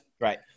Right